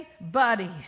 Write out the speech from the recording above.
buddies